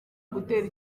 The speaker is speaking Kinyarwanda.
gutera